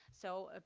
so,